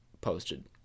posted